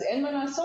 אז אין מה לעשות,